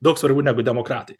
daug svarbiau negu demokratai